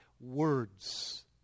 words